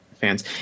fans